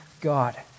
God